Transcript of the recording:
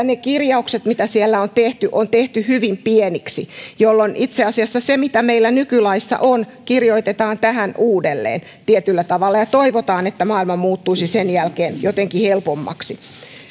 ne kirjaukset mitä siellä on tehty on tehty hyvin pieniksi jolloin itse asiassa se mitä meillä nykylaissa on kirjoitetaan tähän uudelleen tietyllä tavalla ja toivotaan että maailma muuttuisi sen jälkeen jotenkin helpommaksi